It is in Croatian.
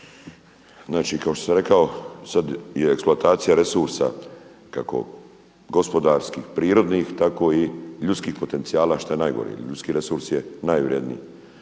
Znači kao što sam rekao sada je eksploatacija resursa kako gospodarskih, prirodnih tako i ljudskih potencijala što je najgore, ljudski resurs je najvredniji.